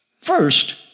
First